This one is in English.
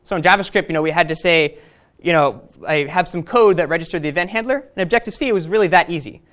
so in javascript you know we had to say you know i have some code that registered the event handler. in objective-c it was really that easy.